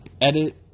Edit